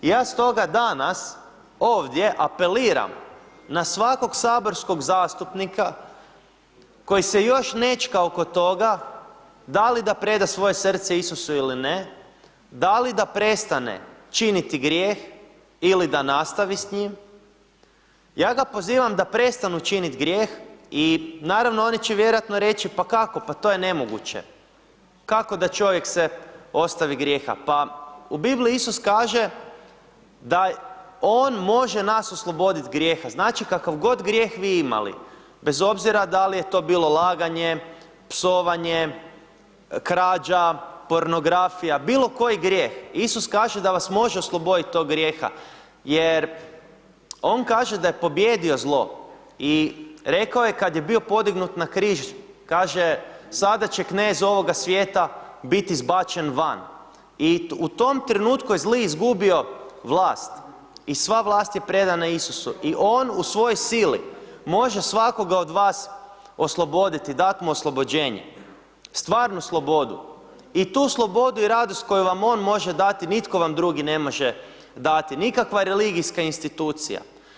Ja stoga danas, ovdje, apeliram na svakog saborskog zastupnika koji se još nećka oko toga da li da preda svoje srce Isusu ili ne, da li da prestane činiti grijeh ili da nastavi s njim, ja ga pozivam da prestanu činit grijeh i naravno, oni će vjerojatno reći, pa kako, pa to je nemoguće, kako da čovjek se ostavi grijeha, pa u Bibliji Isus kaže da on može on nas osloboditi grijeha, znači, kakav god vi grijeh imali, bez obzira da li je to bilo laganje, psovanje, krađa, pornografija, bilo koji grijeh, Isus kaže da vas može osloboditi toga grijeha jer on kaže da je pobijedio zlo i rekao je kad je bio podignut na križ, kaže, sada će knez ovoga svijeta biti zbačen van i u tom trenutku je zli izgubio vlast i sva vlast je predana Isusu i on u svojoj sili može svakoga od vas osloboditi, dat mu oslobođenje, stvarnu slobodu i tu slobodu i radost koju vam on može dati, nitko vam drugi ne može dati, nikakva religijska institucija.